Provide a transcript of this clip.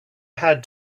had